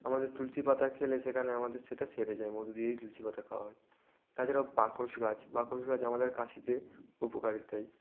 আমাদের তুলসী পাতা খেলে সেখানে আমাদের সেটা সেরে যায় মধু দিয়ে যদি তুলসী পাতা খাওয়া হয় তাছাড়া বাসক গাছ বাসক গাছ আমাদের কাশিতে উপকার দেই